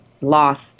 lost